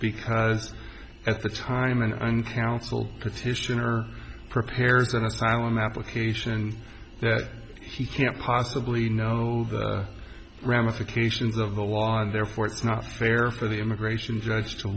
because at the time and counsel petitioner prepares an asylum application that he can't possibly know the ramifications of the law and therefore it's not fair for the immigration judge to